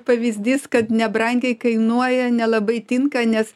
pavyzdys kad nebrangiai kainuoja nelabai tinka nes